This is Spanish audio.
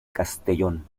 castellón